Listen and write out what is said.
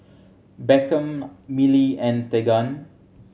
Beckham Millie and Tegan